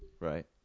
Right